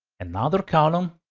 another column.